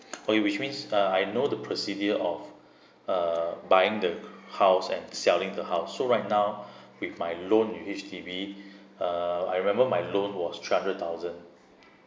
oh you which means uh I know the procedure of uh buying the house and selling the house so right now with my loan with H_D_B uh I remember my loan was three hundred thousand